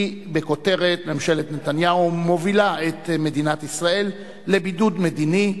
כותרתן: ממשלת נתניהו מובילה את מדינת ישראל לבידוד מדיני,